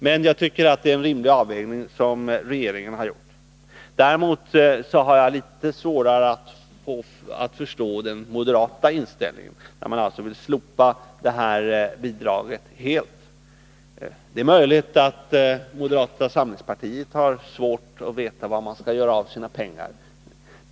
Men jag tycker att det är en rimlig avvägning som regeringen har gjort. Litet svårare har jag att förstå den moderata inställningen — moderaterna vill ju slopa bidraget helt. Det är möjligt att moderata samlingspartiet har svårt att veta var man skall göra av sina pengar.